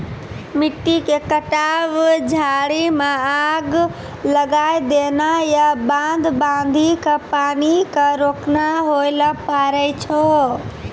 मिट्टी के कटाव, झाड़ी मॅ आग लगाय देना या बांध बांधी कॅ पानी क रोकना होय ल पारै छो